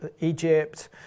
Egypt